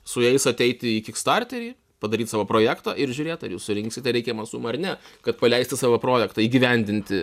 su jais ateiti į kikstarterį padaryt savo projektą ir žiūrėt ar jūs surinksite reikiamą sumą ar ne kad paleisti savo projektą įgyvendinti